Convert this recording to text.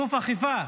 גוף אכיפה.